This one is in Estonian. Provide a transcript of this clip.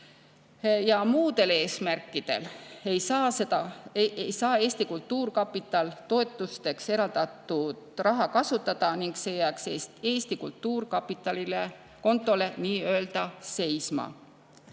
Muudel eesmärkidel ei saa Eesti Kultuurkapital toetusteks eraldatud raha kasutada ning see jääks Eesti Kultuurkapitali kontole nii-öelda seisma.